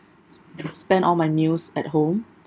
s~ s~ spend all my meals at home